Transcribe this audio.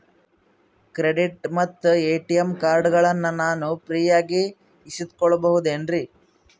Credit ಮತ್ತ ATM ಕಾರ್ಡಗಳನ್ನ ನಾನು ಫ್ರೇಯಾಗಿ ಇಸಿದುಕೊಳ್ಳಬಹುದೇನ್ರಿ?